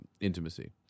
intimacy